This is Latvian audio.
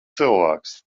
cilvēks